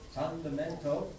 fundamental